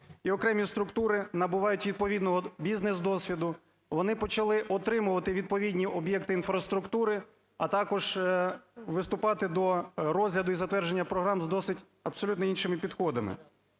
і окремі структури набувають відповідного бізнес-досвіду, вони почали отримувати відповідні об'єкти інфраструктури, а також виступати до розгляду і затвердження програм з досить абсолютно іншими підходами.